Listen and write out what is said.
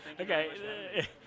okay